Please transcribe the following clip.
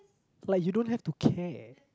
like you don't have to care